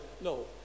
No